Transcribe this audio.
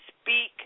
speak